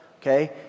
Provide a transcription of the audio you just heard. okay